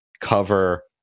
cover